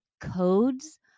codes